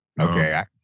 Okay